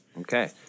okay